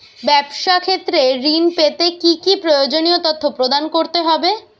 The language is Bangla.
ব্যাবসা ক্ষেত্রে ঋণ পেতে কি কি প্রয়োজনীয় তথ্য প্রদান করতে হবে?